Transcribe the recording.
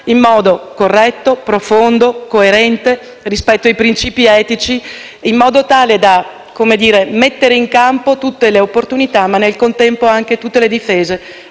in modo corretto, profondo e coerente rispetto ai principi etici, in modo tale da mettere in campo tutte le opportunità, ma nel contempo anche tutte le difese